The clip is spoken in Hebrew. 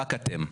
רק אתם.